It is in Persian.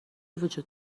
وجود